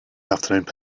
afternoon